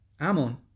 Amon